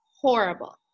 horrible